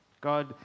God